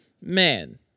man